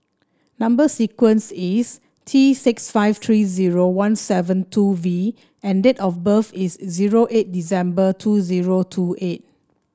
number sequence is T six five three zero one seven two V and date of birth is zero eight December two zero two eight